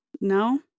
no